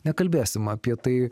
nekalbėsim apie tai